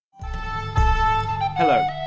Hello